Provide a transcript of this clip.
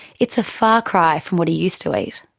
it's a far cry from what he used to eat.